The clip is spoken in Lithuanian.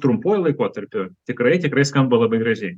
trumpuoju laikotarpiu tikrai tikrai skamba labai gražiai